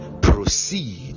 proceed